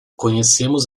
conhecemos